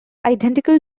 identical